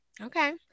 Okay